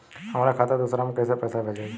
हमरा खाता से दूसरा में कैसे पैसा भेजाई?